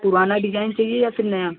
पुराना डिजाइन चाहिए या फिर नया